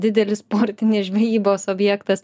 didelis sportinės žvejybos objektas